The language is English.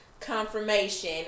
Confirmation